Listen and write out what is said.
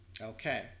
okay